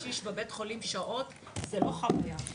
קשיש בבית חולים שעות, זה לא חוויה טובה.